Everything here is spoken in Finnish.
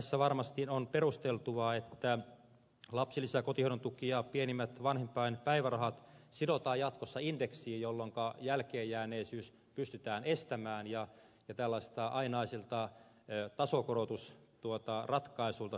tässä varmasti on perusteltua että lapsilisä kotihoidon tuki ja pienimmät vanhempainpäivärahat sidotaan jatkossa indeksiin jolloinka jälkeenjääneisyys pystytään estämään ja pitää lasta ainaisilta eu tasokorotus tuottaa ratkaisulta